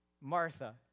Martha